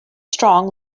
strong